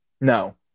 No